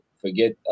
Forget